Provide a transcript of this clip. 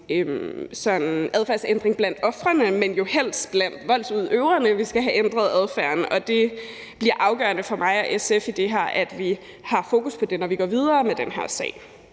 en adfærdsændring blandt ofrene, men jo helst blandt voldsudøverne. Vi skal have ændret adfærden, og det bliver afgørende for mig og SF i det her, at vi har fokus på det, når vi går videre med den her sag.